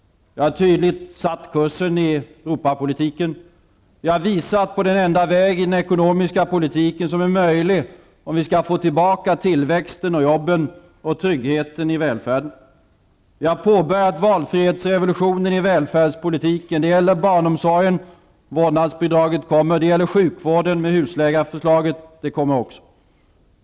Vi har tydligt satt kursen i Europapolitiken. Vi har visat på den enda väg i den ekonomiska politiken som är möjlig om vi skall få tillbaka tillväxten, jobben och tryggheten i välfärden. Vi har påbörjat valfrihetsrevolutionen i välfärdspolitiken. Det gäller barnomsorgen, där vårdnadsbidraget kommer. Det gäller sjukvården, med husläkarförslaget, som också det kommer.